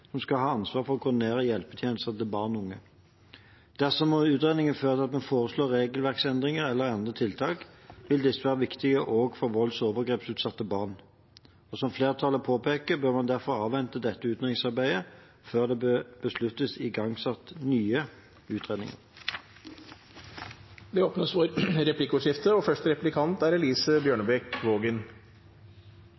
som skal ha ansvaret for å koordinere hjelpetjenester til barn og unge. Dersom utredningen fører til at det foreslås regelverksendringer eller andre tiltak, vil disse være viktige også for volds- og overgrepsutsatte barn. Som flertallet påpeker, bør man derfor avvente dette utredningsarbeidet før det besluttes igangsatt nye utredninger. Det blir replikkordskifte. Som øverste ansvarlig for helsetjenestene i landet er